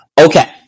Okay